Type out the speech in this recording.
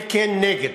אלקין, נגד.